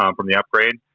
um from the upgrade.